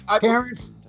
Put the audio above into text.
parents